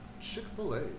Chick-fil-A